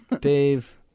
Dave